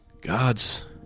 God's